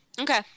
Okay